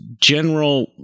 general